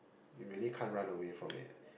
you really can't run away from it